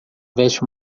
veste